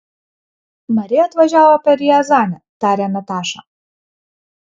mari atvažiavo per riazanę tarė nataša